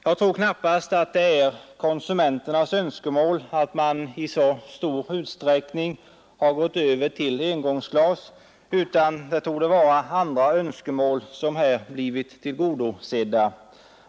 Jag tror knappast att det är på konsumenternas önskan som man i så stor utsträckning har gått över till engångsglas, utan det torde vara andra önskemål som har blivit tillgodosedda.